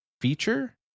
feature